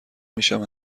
میشم